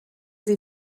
sie